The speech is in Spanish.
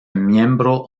miembro